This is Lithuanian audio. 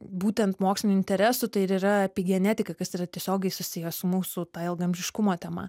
būtent mokslinių interesų tai ir yra apie genetiką kas yra tiesiogiai susiję su mūsų ta ilgaamžiškumo tema